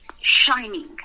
shining